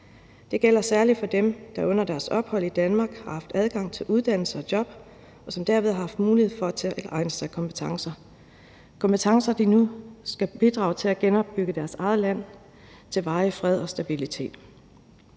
Det gælder særlig for dem, der under deres ophold i Danmark har haft adgang til uddannelse og job, og som derved har haft mulighed for at tilegne sig kompetencer; kompetencer, som de nu skal bidrage til at genopbygge deres eget land med for at opnå varig fred og stabilitet.